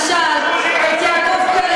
תשאל את יעקב פרי,